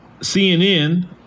CNN